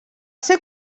ser